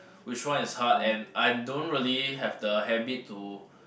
which one is hard and I don't really have the habit to